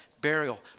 burial